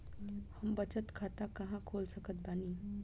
हम बचत खाता कहां खोल सकत बानी?